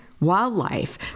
wildlife